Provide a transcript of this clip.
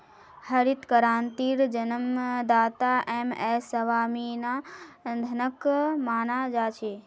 हरित क्रांतिर जन्मदाता एम.एस स्वामीनाथनक माना जा छे